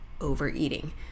overeating